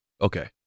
Okay